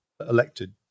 elected